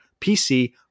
PC